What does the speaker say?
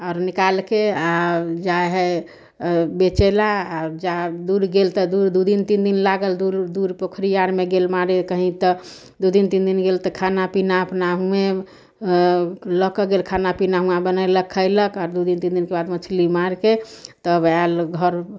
आओर निकालिके आ जाइ हइ बेचैलए आ जा दूर गेल तऽ दू दिन तीन दिन लागल दूर दूर पोखरि आर मे गेल मारै कही तऽ दू दिन तीन दिन गेल तऽ खाना पीना अपना हुवें लऽ कऽ गेल खाना पीना हुवाँ बनेलक खैलक आ दू दिन तीन दिनके बाद मछली मारिके तब आयल घर